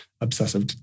obsessive